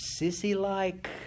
sissy-like